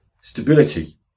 stability